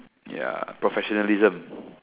ya professionalism